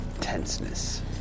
tenseness